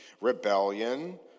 rebellion